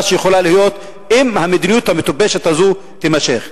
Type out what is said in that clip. שיכולה להיות אם המדיניות המטופשת הזאת תימשך.